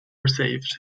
received